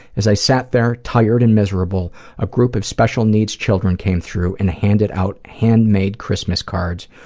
as i sat there, tired and miserable, a group of special needs children came through and handed out handmade christmas cards,